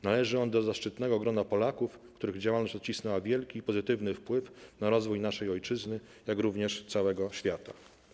Należy on do zaszczytnego grona Polaków, których działalność odcisnęła wielki pozytywny wpływ na rozwój naszej Ojczyzny, jak również całego świata.